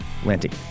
Atlantic